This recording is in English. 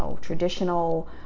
traditional